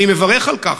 אני מברך על כך,